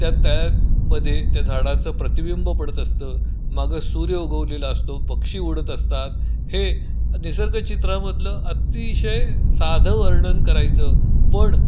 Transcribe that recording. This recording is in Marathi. त्या त्याळ्यातमध्ये त्या झाडाचं प्रतिबिंब पडत असतं मागं सूर्य उगवलेला असतो पक्षी उडत असतात हे निसर्गचित्रामधलं अतिशय साधं वर्णन करायचं पण